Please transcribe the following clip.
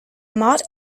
motte